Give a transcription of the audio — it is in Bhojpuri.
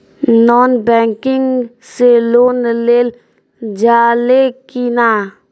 नॉन बैंकिंग से लोन लेल जा ले कि ना?